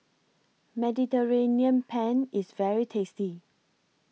Mediterranean Penne IS very tasty